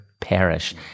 perish